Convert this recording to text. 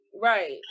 right